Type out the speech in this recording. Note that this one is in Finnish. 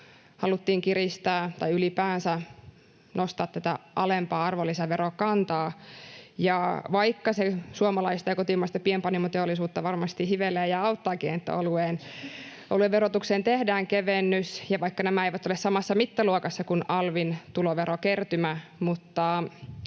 haluttiin kiristää tai ylipäänsä nostaa tätä alempaa arvonlisäverokantaa. Ja vaikka se suomalaista ja kotimaista pienpanimoteollisuutta varmasti hivelee ja auttaakin, että oluen verotukseen tehdään kevennys, ja vaikka nämä eivät ole samassa mittaluokassa kuin alvin tuloverokertymä,